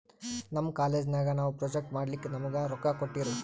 ನಮ್ ಕಾಲೇಜ್ ನಾಗ್ ನಾವು ಪ್ರೊಜೆಕ್ಟ್ ಮಾಡ್ಲಕ್ ನಮುಗಾ ರೊಕ್ಕಾ ಕೋಟ್ಟಿರು